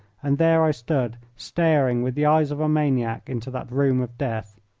and there i stood staring with the eyes of a maniac into that room of death.